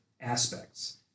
aspects